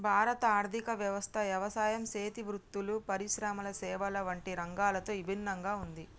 భారత ఆర్థిక వ్యవస్థ యవసాయం సేతి వృత్తులు, పరిశ్రమల సేవల వంటి రంగాలతో ఇభిన్నంగా ఉంది